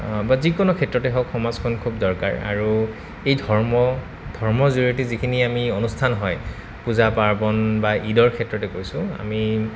বা যিকোনো ক্ষেত্ৰতে হওক সমাজখন খুব দৰকাৰ আৰু এই ধৰ্ম ধৰ্মৰ জৰিয়তে যিখিনি আমি অনুষ্ঠান হয় পূজা পাৰ্বণ বা ঈদৰ ক্ষেত্ৰতে কৈছোঁ আমি